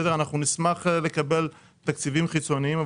אנחנו נשמח לקבל תקציבים חיצוניים,